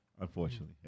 unfortunately